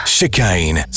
Chicane